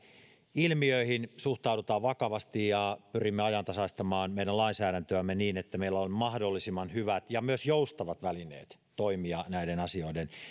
ilmiöihin suhtaudutaan vakavasti ja pyrimme ajantasaistamaan meidän lainsäädäntöämme niin että meillä on mahdollisimman hyvät ja myös joustavat välineet toimia näiden asioiden